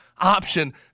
Option